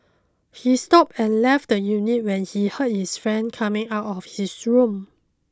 he stopped and left the unit when he heard his friend coming out of his room